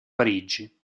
parigi